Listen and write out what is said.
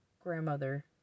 grandmother